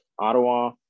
Ottawa